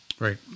Right